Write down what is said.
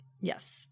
Yes